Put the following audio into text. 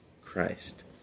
Christ